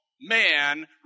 man